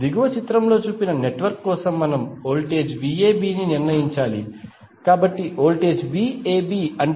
దిగువ చిత్రంలో చూపిన నెట్వర్క్ కోసం మనం వోల్టేజ్ VAB ని నిర్ణయించాలి కాబట్టి వోల్టేజ్ VAB అంటే VA VB